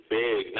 big